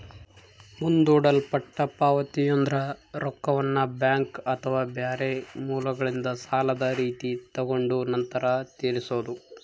ಮುಂದೂಡಲ್ಪಟ್ಟ ಪಾವತಿಯೆಂದ್ರ ರೊಕ್ಕವನ್ನ ಬ್ಯಾಂಕ್ ಅಥವಾ ಬೇರೆ ಮೂಲಗಳಿಂದ ಸಾಲದ ರೀತಿ ತಗೊಂಡು ನಂತರ ತೀರಿಸೊದು